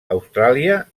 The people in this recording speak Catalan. austràlia